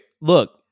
look